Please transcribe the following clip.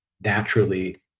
naturally